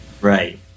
Right